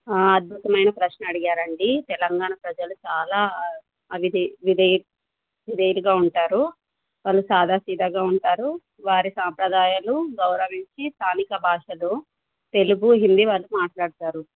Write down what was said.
అద్భుతమైన ప్రశ్న అడిగారండి తెలంగాణ ప్రజలు చాలా విధేయుడుగా ఉంటారు వాళ్ళు సాధాసీదాగా ఉంటారు వారి సాంప్రదాయాలు గౌరవించి స్థానిక భాషలు తెలుగు హిందీ వాళ్ళు మాట్లాడతారు